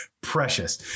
Precious